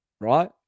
right